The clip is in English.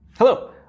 Hello